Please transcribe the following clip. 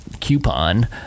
coupon